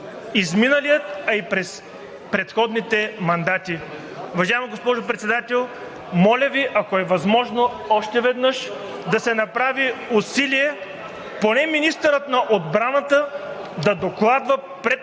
изминалия, а и през предходните мандати. Уважаема госпожо Председател, моля Ви, ако е възможно, още веднъж да се направи усилие поне министърът на отбраната да докладва пред Народното